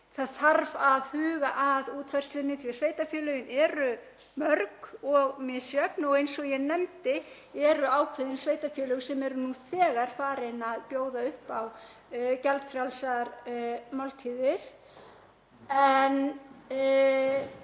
það þarf að huga að útfærslunni. Sveitarfélögin eru mörg og misjöfn en eins og ég nefndi eru ákveðin sveitarfélög sem eru nú þegar farin að bjóða upp á gjaldfrjálsar máltíðir.